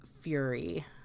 fury